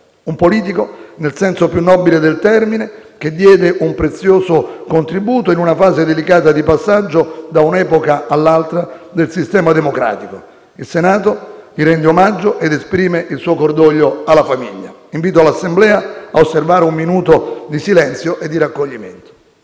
un politico nel senso più nobile del termine, che diede un prezioso contributo in una fase delicata e di passaggio da un'epoca all'altra del sistema democratico. Il Senato gli rende omaggio ed esprime il suo cordoglio alla famiglia. Invito l'Assemblea a osservare un minuto di silenzio e di raccoglimento.